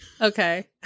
Okay